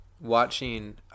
watching